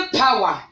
power